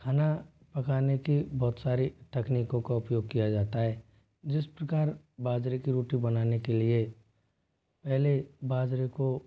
खाना पकाने की बहुत सारी तकनीकों का उपयोग किया जाता है जिस प्रकार बाजरे की रोटी बनाने के लिए पहले बाजरे को